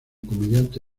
comediante